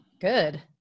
Good